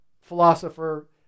philosopher